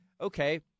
okay